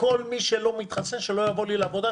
כל מי שלא מתחסן שלא יבוא לי לעבודה,